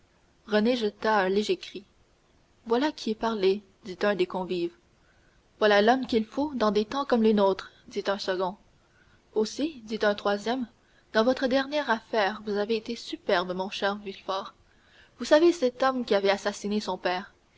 renée jeta un léger cri voilà qui est parler dit un des convives voilà l'homme qu'il faut dans des temps comme les nôtres dit un second aussi dit un troisième dans votre dernière affaire vous avez été superbe mon cher villefort vous savez cet homme qui avait assassiné son père